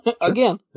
again